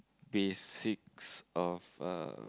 basics of uh